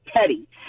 petty